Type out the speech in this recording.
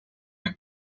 the